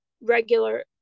regular